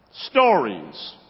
Stories